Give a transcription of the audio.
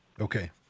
Okay